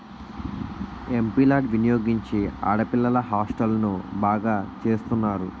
MP లార్డ్ వినియోగించి ఆడపిల్లల హాస్టల్ను బాగు చేస్తున్నారు